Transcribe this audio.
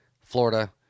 Florida